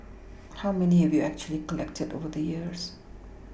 how many have you actually collected over the years